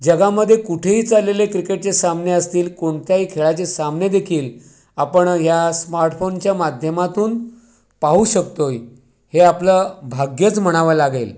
जगामध्ये कुठेही चाललेले क्रिकेटचे सामने असतील कोणत्याही खेळाचे सामनेदेखील आपण या स्मार्टफोनच्या माध्यमातून पाहू शकतो आहे हे आपलं भाग्यच म्हणावं लागेल